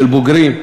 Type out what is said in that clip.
של בוגרים,